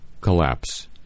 collapse